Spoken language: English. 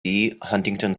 huntington